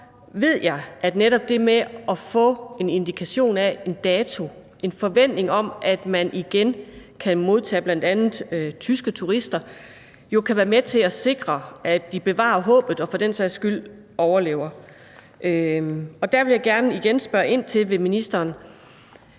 ved jeg, at netop det med at få en indikation af en dato for, en forventning om, at man igen kan modtage bl.a. tyske turister, kan være med til at sikre, at de bevarer håbet og for den sags skyld overlever. Der vil jeg gerne igen spørge ministeren,